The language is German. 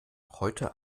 heute